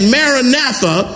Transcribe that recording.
Maranatha